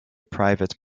private